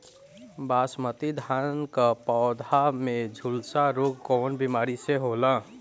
बासमती धान क पौधा में झुलसा रोग कौन बिमारी से होला?